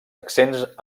accents